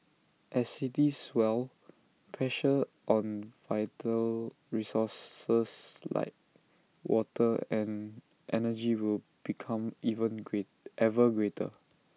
as cities swell pressure on vital resources like water and energy will become even greater ever greater